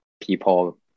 people